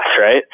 right